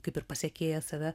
kaip ir pasekėja save